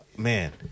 man